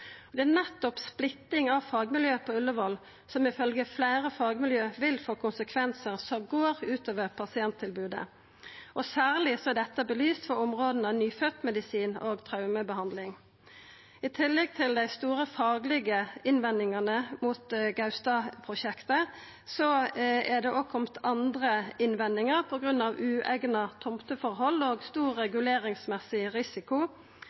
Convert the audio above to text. Det er nettopp splitting av fagmiljø på Ullevål som ifølgje fleire fagmiljø vil få konsekvensar som går ut over pasienttilbodet, særleg er dette belyst for områda nyføddmedisin og traumebehandling. I tillegg til dei store faglege innvendingane mot Gaustad-prosjektet er det òg kome andre innvendingar på grunn av ueigna tomteforhold og stor risiko